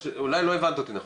אולי לא הבנת אותי נכון,